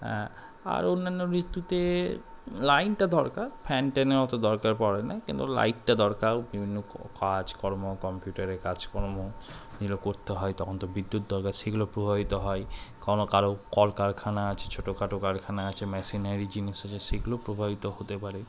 হ্যাঁ আর অন্যান্য ঋতুতে লাইটটা দরকার ফ্যান ট্যানের অতো দরকার পড়ে না কিন্তু লাইটটা দরকার বিভিন্ন কাজকর্ম কম্পিউটারের কাজকর্ম যেগুলো করতে হয় তখন তো বিদ্যুৎ দরকার সেগুলো প্রভাবিত হয় কারো কারো কলকারখানা আছে ছোটোখাটো কারখানা আছে মেশিনারি জিনিস আছে সেগুলো প্রভাবিত হতে পারে